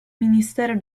ministero